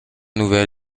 nouvel